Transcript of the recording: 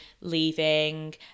leaving